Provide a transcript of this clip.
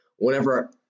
Whenever